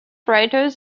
writers